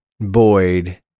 Boyd